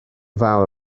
fawr